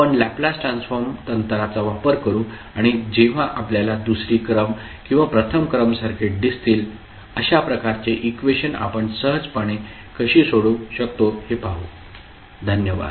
आपण Laplace transform तंत्राचा वापर करू आणि जेव्हा आपल्याला दुसरी क्रम किंवा प्रथम क्रम सर्किट दिसतील अशा प्रकारचे इक्वेशन आपण सहजपणे कशी सोडवू शकतो हे पाहू धन्यवाद